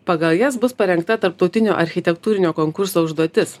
pagal jas bus parengta tarptautinio architektūrinio konkurso užduotis